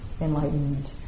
enlightened